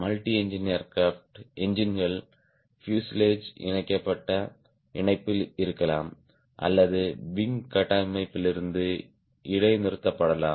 multi engine aircrafts என்ஜின்கள் fuselage இணைக்கப்பட்ட இணைப்பில் இருக்கலாம் அல்லது விங் கட்டமைப்பிலிருந்து இடைநிறுத்தப்படலாம்